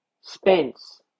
Spence